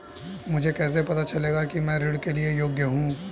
मुझे कैसे पता चलेगा कि मैं ऋण के लिए योग्य हूँ?